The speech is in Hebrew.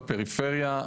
בפריפריה,